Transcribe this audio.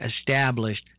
established